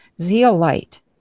zeolite